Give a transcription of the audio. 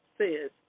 Says